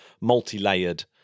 multi-layered